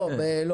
לא.